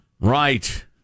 right